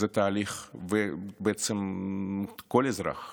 זה תהליך, ובעצם כל אזרח,